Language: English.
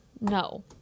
No